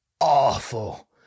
awful